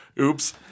Oops